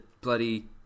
bloody